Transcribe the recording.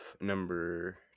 number